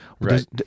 right